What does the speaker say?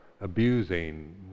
abusing